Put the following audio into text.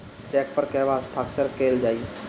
Check पर कहवा हस्ताक्षर कैल जाइ?